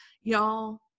y'all